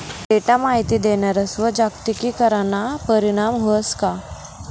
Data माहिती देणारस्वर जागतिकीकरणना परीणाम व्हस का?